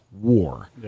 war